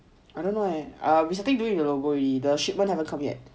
I don't know eh ah starting doing with the logo already the shipment haven't come yet